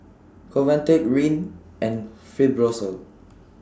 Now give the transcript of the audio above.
Convatec Rene and Fibrosol